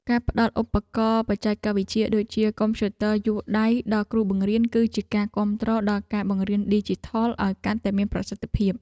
ការផ្តល់ឧបករណ៍បច្ចេកវិទ្យាដូចជាកុំព្យូទ័រយួរដៃដល់គ្រូបង្រៀនគឺជាការគាំទ្រដល់ការបង្រៀនឌីជីថលឱ្យកាន់តែមានប្រសិទ្ធភាព។